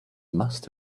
must